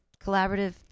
collaborative